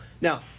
Now